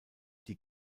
die